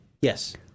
Yes